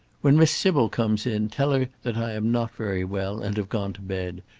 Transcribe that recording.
when miss sybil comes in, tell her that i am not very well, and have gone to bed,